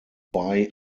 bei